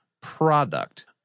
product